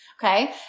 Okay